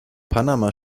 panama